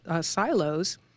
silos